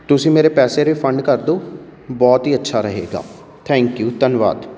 ਤੁਸੀਂ ਮੇਰੇ ਪੈਸੇ ਰਿਫੰਡ ਕਰਦੋ ਬਹੁਤ ਹੀ ਅੱਛਾ ਰਹੇਗਾ ਥੈਂਕ ਯੂ ਧੰਨਵਾਦ